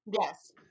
Yes